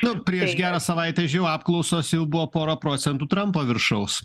nu prieš gerą savaitę žėjau apklausos jau buvo pora procentų trampo viršaus